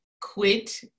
quit